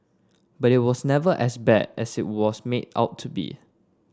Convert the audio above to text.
but it was never as bad as it was made out to be